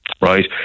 Right